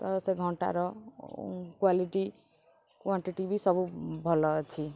ତ ସେ ଘଣ୍ଟାର କ୍ଵାଲିଟି କ୍ଵାଣ୍ଟିଟି ବି ସବୁ ଭଲ ଅଛି